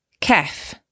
Kef